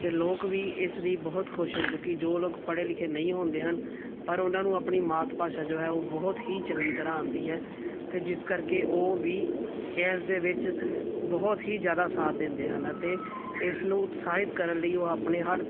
ਅਤੇ ਲੋਕ ਵੀ ਇਸ ਲਈ ਬਹੁਤ ਖੁਸ਼ ਹਨ ਕਿਉਂਕਿ ਜੋ ਲੋਕ ਪੜ੍ਹੇ ਲਿਖੇ ਨਹੀਂ ਹੁੰਦੇ ਹਨ ਪਰ ਉਹਨਾਂ ਨੂੰ ਆਪਣੀ ਮਾਤ ਭਾਸ਼ਾ ਜੋ ਹੈ ਉਹ ਬਹੁਤ ਹੀ ਚੰਗੀ ਤਰ੍ਹਾਂ ਆਉਂਦੀ ਹੈ ਅਤੇ ਜਿਸ ਕਰਕੇ ਉਹ ਵੀ ਇਸ ਦੇ ਵਿੱਚ ਬਹੁਤ ਹੀ ਜ਼ਿਆਦਾ ਸਾਥ ਦਿੰਦੇ ਹਨ ਅਤੇ ਇਸ ਨੂੰ ਉਤਸਾਹਿਤ ਕਰਨ ਲਈ ਉਹ ਆਪਣੇ ਹਰ